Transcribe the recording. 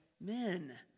men